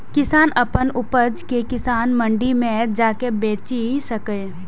किसान अपन उपज कें किसान मंडी मे जाके बेचि सकैए